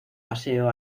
paseo